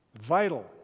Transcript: vital